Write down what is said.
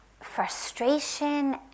frustration